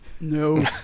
No